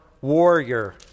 warrior